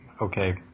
okay